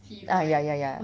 ah ya ya ya